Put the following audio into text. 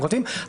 אנחנו כותבים,